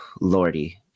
Lordy